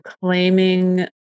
claiming